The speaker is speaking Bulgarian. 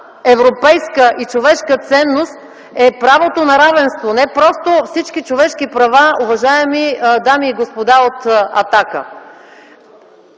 европейска и човешка ценност е правото на равенство – не просто всички човешки права, уважаеми дами и господа от